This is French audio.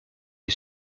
est